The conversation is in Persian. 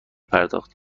پرداخت